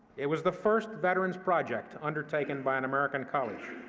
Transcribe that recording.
it was the first veterans project undertaken by an american college.